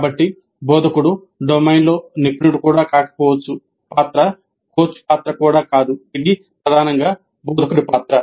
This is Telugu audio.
కాబట్టి బోధకుడు డొమైన్లో నిపుణుడు కూడా కాకపోవచ్చు పాత్ర కోచ్ పాత్ర కూడా కాదు ఇది ప్రధానంగా బోధకుడి పాత్ర